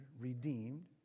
redeemed